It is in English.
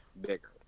bigger